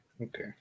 okay